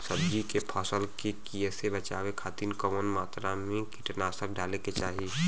सब्जी के फसल के कियेसे बचाव खातिन कवन मात्रा में कीटनाशक डाले के चाही?